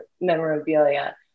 memorabilia